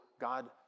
God